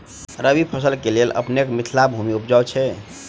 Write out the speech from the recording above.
रबी फसल केँ लेल अपनेक मिथिला भूमि उपजाउ छै